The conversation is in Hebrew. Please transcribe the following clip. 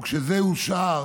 וכשזה אושר